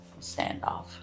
standoff